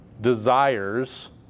desires